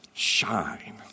Shine